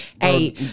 Hey